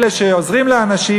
אלה שעוזרים לאנשים,